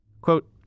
Quote